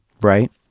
right